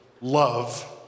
love